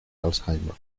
alzheimer